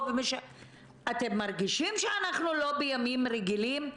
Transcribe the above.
אתם מרגישים שאנחנו לא בימים רגילים?